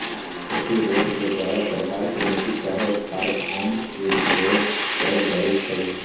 प्रतिरोध के द्वारा सरकार के नीति चाहे कराधान के विरोध कएल जाइ छइ